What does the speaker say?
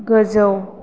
गोजौ